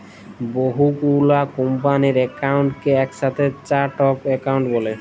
বহু গুলা কম্পালির একাউন্টকে একসাথে চার্ট অফ একাউন্ট ব্যলে